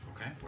Okay